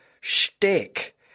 shtick